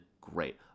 great